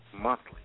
monthly